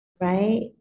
Right